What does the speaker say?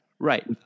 Right